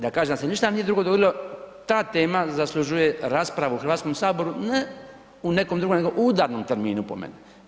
Da kažem da se ništa drugo nije dogodilo, ta tema zaslužuje raspravu u Hrvatskom saboru, ne u nekom drugom nego u udarnom terminu po meni.